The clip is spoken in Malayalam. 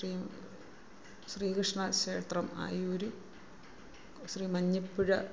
ശ്രീ ശ്രീകൃഷ്ണാ ക്ഷേത്രം ആയൂര് ശ്രീ മഞ്ഞിപ്പുഴ